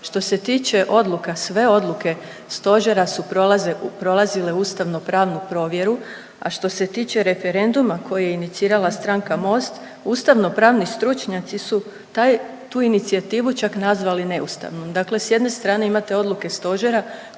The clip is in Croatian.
Što se tiče odluka, sve odluka stožera su prolazile ustavno pravu provjeru, a što se tiče referenduma koji je inicirala stranka Most, ustavnopravni stručnjaci su tu inicijativu čak nazvali neustavnom. Dakle s jedne strane imate odluke stožera